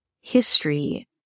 history